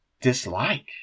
dislike